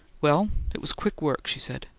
well, it was quick work, she said.